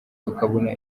tukabona